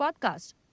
podcast